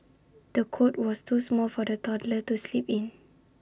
the cot was too small for the toddler to sleep in